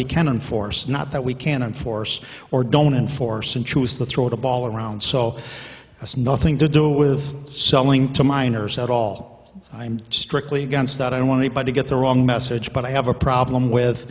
we can enforce not that we can't enforce or don't enforce and choose to throw the ball around so it's nothing to do with selling to minors at all i'm strictly against that i don't want to buy to get the wrong message but i have a problem with